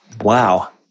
Wow